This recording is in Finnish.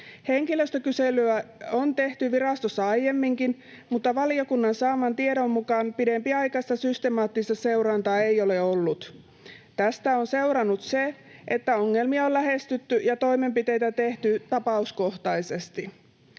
Henkilöstökyselyä on tehty virastossa aiemminkin, mutta valiokunnan saaman tiedon mukaan pidempiaikaista systemaattista seurantaa ei ole ollut. Tästä on seurannut se, että ongelmia on lähestytty ja toimenpiteitä tehty tapauskohtaisesti.